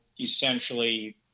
essentially